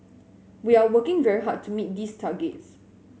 we are working very hard to meet these targets